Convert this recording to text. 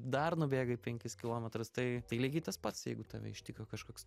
dar nubėgai penkis kilometrus tai tai lygiai tas pats jeigu tave ištiko kažkoks